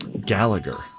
Gallagher